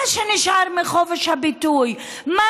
מה